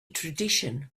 tradition